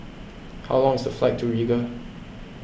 how long is the flight to Riga